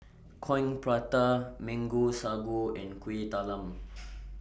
Coin Prata Mango Sago and Kueh Talam